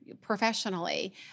professionally